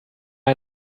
ein